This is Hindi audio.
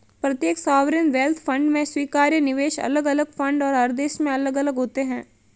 प्रत्येक सॉवरेन वेल्थ फंड में स्वीकार्य निवेश अलग अलग फंड और हर देश में अलग अलग होते हैं